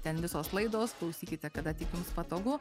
ten visos laidos klausykite kada tik jums patogu